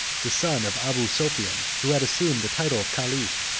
the son of abu sophian, who had assumed the title of caliph,